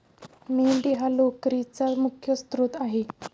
मेंढी हा लोकरीचा मुख्य स्त्रोत आहे